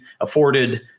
afforded